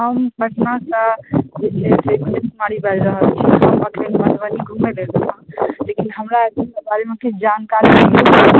हम पटना सॅं बाजि रहल छी घुमै के लिअ हमरा किछु जानकारी लेनाई अहि